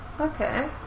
Okay